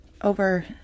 over